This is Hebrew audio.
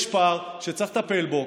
יש פער שצריך לטפל בו,